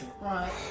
Right